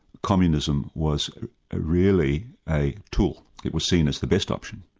communism was really a tool, it was seen as the best option,